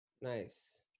Nice